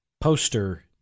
poster